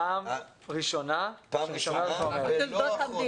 פעם ראשונה שאתה אומר את זה.